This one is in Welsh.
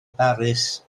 baris